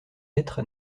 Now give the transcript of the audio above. être